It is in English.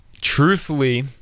Truthfully